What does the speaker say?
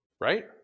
Right